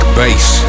bass